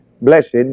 blessed